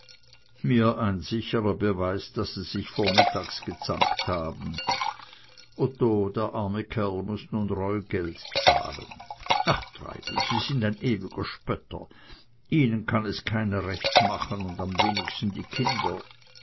mir ein sichrer beweis daß sie sich vormittags gezankt haben otto der arme kerl muß nun reugeld zahlen ach treibel sie sind ewig ein spötter ihnen kann es keiner recht machen und am wenigsten die kinder